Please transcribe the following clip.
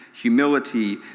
humility